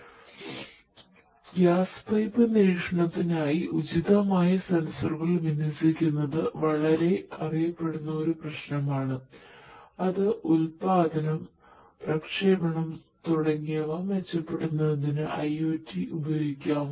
അടിസ്ഥാനപരമായി gas pipe നിരീക്ഷണത്തിനായി ഉചിതമായ സെൻസറുകൾ വിന്യസിക്കുന്നത് വളരെ അറിയപ്പെടുന്ന ഒരു പ്രശ്നമാണ് അത് ഉൽപ്പാദനം പ്രക്ഷേപണം തുടങ്ങിയവ മെച്ചപ്പെടുത്തുന്നതിനു IOT ഉപയോഗിക്കാവുന്നതാണ്